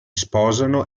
sposano